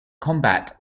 combat